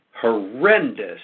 horrendous